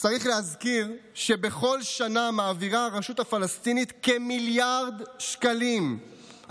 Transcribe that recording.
צריך להזכיר שבכל שנה מעבירה הרשות הפלסטינית כמיליארד שקלים,